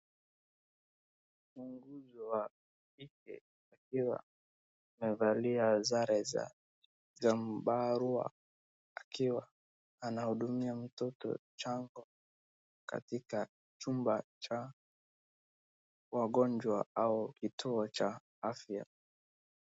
Muuguzi wa kike akiwa amevalia sare za zambarau akiwa anamhudumia mtoto changa katika chumba cha wagonjwa au kituo cha afya.